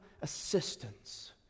assistance